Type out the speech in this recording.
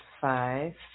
Five